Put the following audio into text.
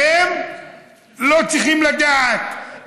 אתם לא צריכים לדעת,